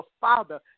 Father